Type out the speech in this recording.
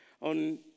on